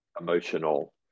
emotional